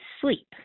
sleep